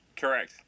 Correct